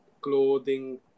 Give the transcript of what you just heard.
clothing